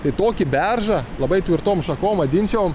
tai tokį beržą labai tvirtom šakom vadinčiau